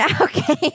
Okay